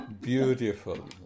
Beautiful